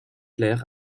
clair